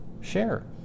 share